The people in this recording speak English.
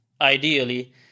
ideally